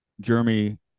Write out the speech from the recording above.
Jeremy